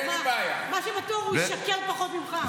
מה שבטוח, הוא ישקר פחות ממך.